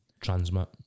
transmit